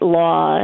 law